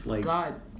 God